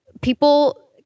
people